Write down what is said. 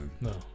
No